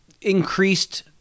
increased